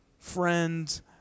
Friends